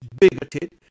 bigoted